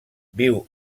viu